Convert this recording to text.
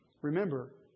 Remember